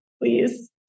Please